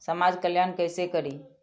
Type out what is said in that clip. समाज कल्याण केसे करी?